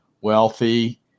wealthy